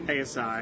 ASI